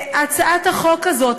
הצעת החוק הזאת,